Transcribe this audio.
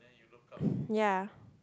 ya